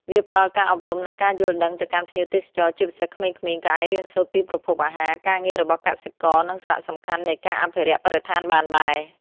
វាផ្តល់ការអប់រំ និងការយល់ដឹងទៅកាន់ភ្ញៀវទេសចរ ជាពិសេសក្មេងៗ ក៏អាចរៀនសូត្រពីប្រភពអាហារ ការងាររបស់កសិករ និងសារៈសំខាន់នៃការអភិរក្សបរិស្ថានបានដែរ ។